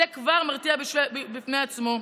זה כבר מרתיע בפני עצמו,